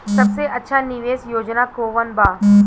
सबसे अच्छा निवेस योजना कोवन बा?